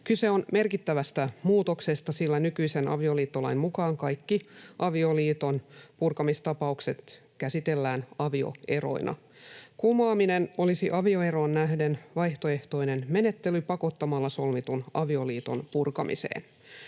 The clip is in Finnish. Kyse on merkittävästä muutoksesta, sillä nykyisen avioliittolain mukaan kaikki avioliiton purkamistapaukset käsitellään avioeroina. Kumoaminen olisi avioeroon nähden vaihtoehtoinen menettely pakottamalla solmitun avioliiton purkamiseen.